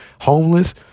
homeless